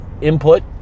input